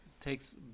takes